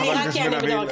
אני שואל: